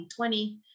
2020